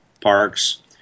parks